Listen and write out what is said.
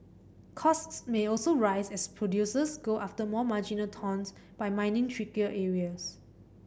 costs may also rise as producers go after more marginal tons by mining trickier areas